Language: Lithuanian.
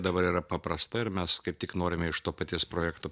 dabar yra paprasta ir mes kaip tik norime iš to paties projekto